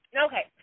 Okay